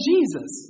Jesus